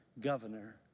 governor